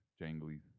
jangly